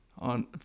on